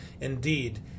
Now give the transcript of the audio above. Indeed